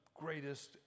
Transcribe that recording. Greatest